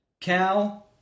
cow